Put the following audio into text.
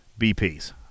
BPs